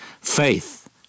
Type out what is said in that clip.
Faith